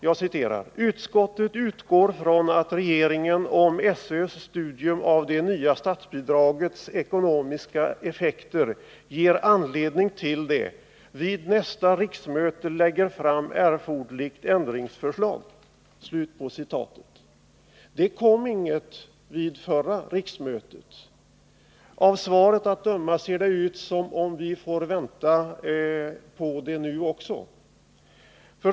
Där stod: ”Utskottet utgår från att regeringen, om SÖ:s studium av det nya statsbidragets ekonomiska effekter ger anledning till det, vid nästa riksmöte lägger fram erforderliga ändringsförslag.” Det kom inget vid förra riksmötet. Av svaret att döma ser det ut som vi får vänta förgäves på det nu också.